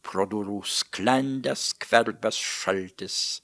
pro durų sklendes skverbias šaltis